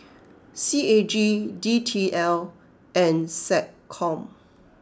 C A G D T L and SecCom